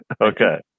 Okay